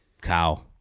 cow